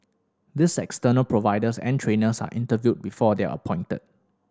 these external providers and trainers are interviewed before they are appointed